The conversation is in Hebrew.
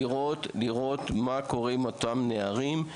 לבדוק מה קורה עם אותם נערים,